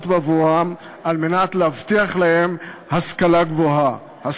בעבורם על מנת להבטיח להם השכלה גבוהה,